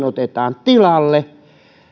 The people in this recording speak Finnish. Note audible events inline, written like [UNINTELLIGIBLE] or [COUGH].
[UNINTELLIGIBLE] otetaan tilalle